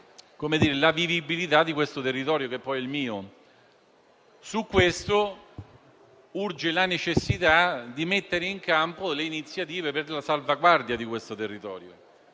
la vivibilità di questo territorio, che poi è il mio. Su questo, urge la necessità di mettere in campo le iniziative per la salvaguardia di questo territorio